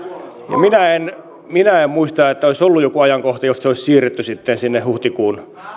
no minä en minä en muista että olisi ollut ajankohta josta se olisi siirretty sitten sinne huhtikuun